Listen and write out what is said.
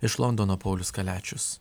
iš londono paulius kaliačius